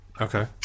Okay